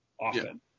often